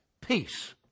peace